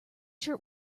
shirt